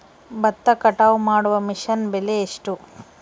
ಭತ್ತ ಕಟಾವು ಮಾಡುವ ಮಿಷನ್ ಬೆಲೆ ಎಷ್ಟು?